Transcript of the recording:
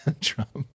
Trump